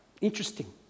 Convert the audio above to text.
interesting